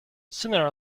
sooner